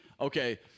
Okay